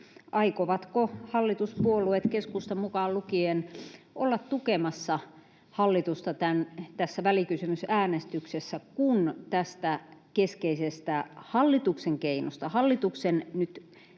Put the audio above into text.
aikovatko hallituspuolueet, keskusta mukaan lukien, olla tukemassa hallitusta tässä välikysymysäänestyksessä, kun tästä keskeisestä hallituksen keinosta, hallituksen nyt